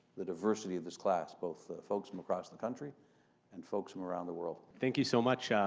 the diversity of this class, both folks from across the country and folks from around the world. thank you so much,